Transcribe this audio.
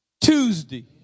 Tuesday